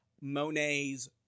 Monet's